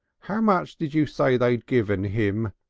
how much did you say they'd given him?